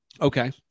okay